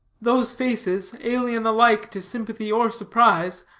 those faces, alien alike to sympathy or surprise,